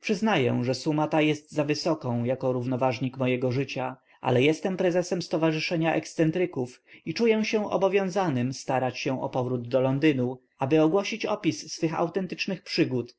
przyznaję że suma ta jest zawysoką jako równoważnik mego życia ale jestem prezesem stowarzyszenia ekscentryków i czuję się obowiązanym starać się o powrót do londynu aby ogłosić opis swych autentycznych przygód